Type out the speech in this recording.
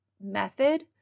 method